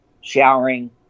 showering